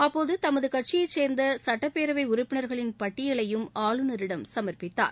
அப்போது தமது கட்சியைச் சேர்ந்த சுட்டப்பேரபை உறுப்பினர்களின் பட்டியலையும் ஆளுநரிடம் சமர்ப்பித்தார்